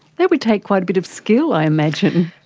that would take quite a bit of skill i imagine,